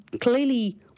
clearly